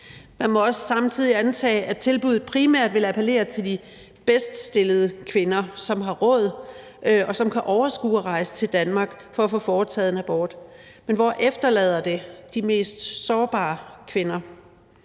Man må også samtidig antage, at tilbuddet primært vil appellere til de bedst stillede kvinder, som har råd, og som kan overskue at rejse til Danmark for at få foretaget en abort, men hvor efterlader det de mest sårbare kvinder?